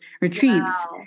retreats